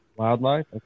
Wildlife